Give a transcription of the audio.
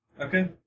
Okay